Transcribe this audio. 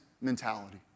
mentality